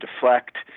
deflect